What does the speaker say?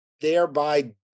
thereby